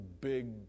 big